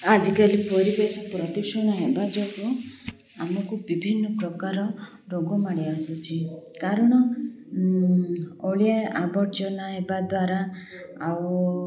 ଆଜିକାଲି ପରିବେଶ ପ୍ରଦୂଷଣ ହେବା ଯୋଗୁ ଆମକୁ ବିଭିନ୍ନ ପ୍ରକାର ରୋଗ ମାଡ଼ି ଆସୁଛି କାରଣ ଅଳିଆ ଆବର୍ଜନା ହେବା ଦ୍ୱାରା ଆଉ